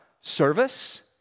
service